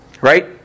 right